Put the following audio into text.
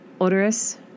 odorous